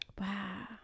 Wow